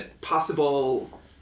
possible